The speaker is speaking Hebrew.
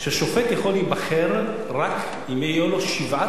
ששופט יכול להיבחר רק אם יהיו לו שבעה